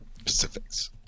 Specifics